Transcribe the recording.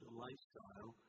lifestyle